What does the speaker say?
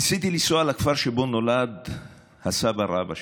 ניסיתי לנסוע לכפר שבו נולד סבא-רבא שלי.